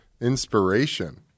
inspiration